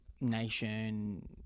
nation